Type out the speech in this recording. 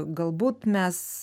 galbūt mes